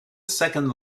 second